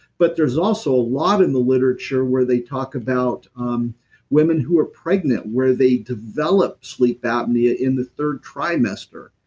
but there's also a lot in the literature where they talk about um women who are pregnant, where they developed sleep apnea in the third trimester,